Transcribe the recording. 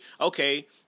okay